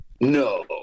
No